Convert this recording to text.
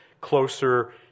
closer